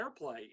airplay